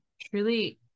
Truly